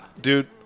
Dude